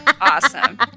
Awesome